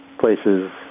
places